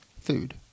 food